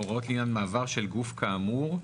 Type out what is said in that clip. ההוראות לעניין מעבר של גוף כאמור,